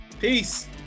Peace